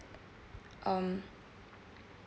um